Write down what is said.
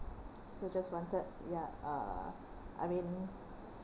so just wanted ya uh I mean